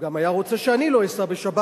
הוא היה רוצה שגם אני לא אסע בשבת,